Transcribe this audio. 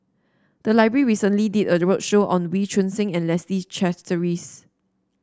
the library recently did a roadshow on Wee Choon Seng and Leslie Charteris